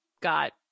got